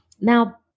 now